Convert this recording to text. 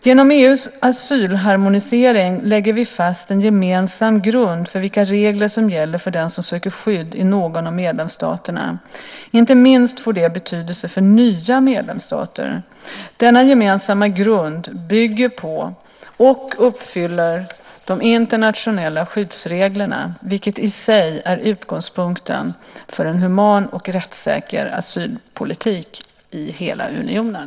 Genom EU:s asylharmonisering lägger vi fast en gemensam grund för vilka regler som gäller för den som söker skydd i någon av medlemsstaterna. Inte minst får det betydelse för nya medlemsstater. Denna gemensamma grund bygger på och uppfyller de internationella skyddsreglerna, vilket i sig är utgångspunkten för en human och rättssäker asylpolitik i hela unionen.